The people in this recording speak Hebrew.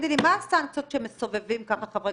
תגידי לי מה הסנקציות שמסובבים ככה חברי